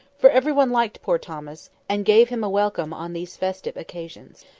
for every one liked poor thomas, and gave him a welcome on these festive occasions.